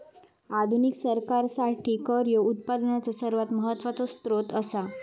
आधुनिक सरकारासाठी कर ह्यो उत्पनाचो सर्वात महत्वाचो सोत्र असा